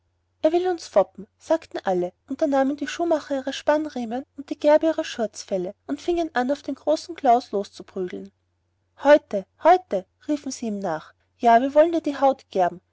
er will uns foppen sagten alle und da nahmen die schuhmacher ihre spannriemen und die gerber ihre schurzfelle und fingen an auf den großen klaus loszuprügeln häute häute riefen sie ihm nach ja wir wollen dir die haut gerben